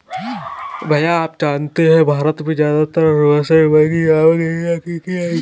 भैया आप जानते हैं भारत में ज्यादातर रोसेनबर्गी नामक झिंगा खेती की जाती है